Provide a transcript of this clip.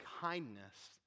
kindness